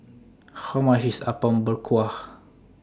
How much IS Apom Berkuah